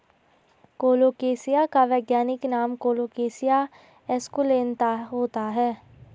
colocasia का वैज्ञानिक नाम कोलोकेशिया एस्कुलेंता होता है